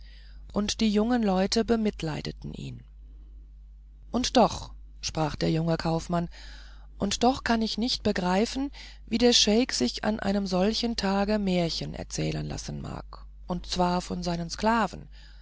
und die jungen leute bemitleideten ihn und doch sprach der junge kaufmann und doch kann ich nicht begreifen wie der scheik sich an einem solchen tage märchen erzählen lassen mag und zwar von seinen sklaven